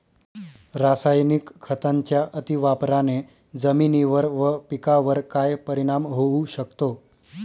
रासायनिक खतांच्या अतिवापराने जमिनीवर व पिकावर काय परिणाम होऊ शकतो?